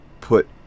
put